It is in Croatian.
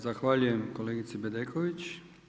Zahvaljujem kolegici Bedeković.